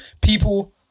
People